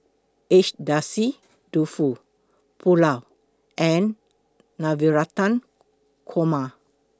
Agedashi Dofu Pulao and Navratan Korma